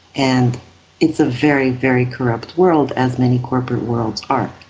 and it's a very, very corrupt world, as many corporate worlds are.